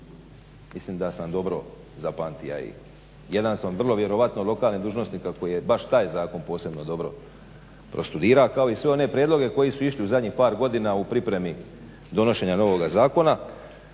Mislim da sam dobro zapamtija i jedan sam vrlo vjerojatno od lokalnih dužnosnika koji je baš taj zakon posebno dobro prostudira kao i sve one prijedloge koji su išli u zadnjih par godina u pripremi donošenja novoga zakona